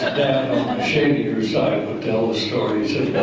shadier side tell the stories.